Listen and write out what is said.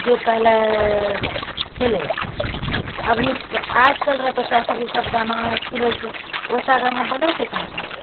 जे पहले छलै अभी आजकलरऽ बच्चारऽ ओसब गाना सुनै छै वइसा गाना बनै छै कहाँ अब